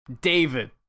David